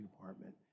department